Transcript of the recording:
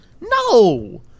No